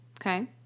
Okay